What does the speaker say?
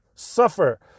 suffer